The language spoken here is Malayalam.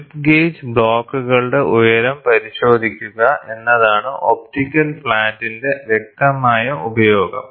സ്ലിപ്പ് ഗേജ് ബ്ലോക്കുകളുടെ ഉയരം പരിശോധിക്കുക എന്നതാണ് ഒപ്റ്റിക്കൽ ഫ്ലാറ്റിന്റെ വ്യക്തമായ ഉപയോഗം